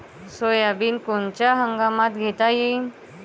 Soybean कोनच्या हंगामात घेता येईन?